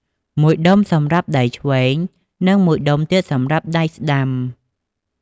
មួយដុំសម្រាប់ដៃឆ្វេង និងមួយដុំទៀតសម្រាប់ដៃស្តាំ។